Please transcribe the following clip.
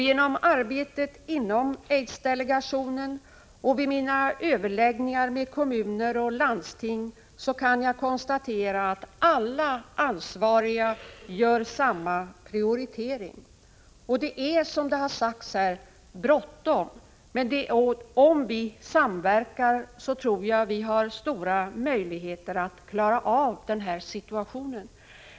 Genom arbetet inom aidsdelegationen och vid mina överläggningar med kommuner och landsting kan jag konstatera att alla ansvariga gör samma prioritering. Det är, som det har sagts här, bråttom. Men om vi samverkar tror jag vi har stora möjligheter att klara av situationen.